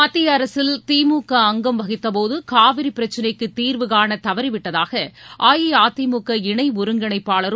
மத்திய அரசியல் திமுக அங்கம் வகித்தபோது காவிரி பிரச்னைக்கு தீர்வுகாண தவறிவிட்டதாக அஇஅதிமுக இணை ஒருங்கிணைப்பாளரும்